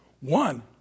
One